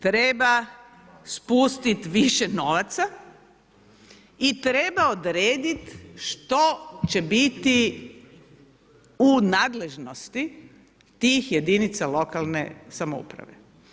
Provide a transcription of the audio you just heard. Treba spustiti više novaca i treba odrediti što će biti u nadležnosti tih jedinica lokalne samouprave.